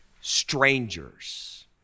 Strangers